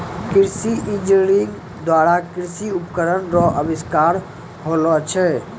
कृषि इंजीनियरिंग द्वारा कृषि उपकरण रो अविष्कार होलो छै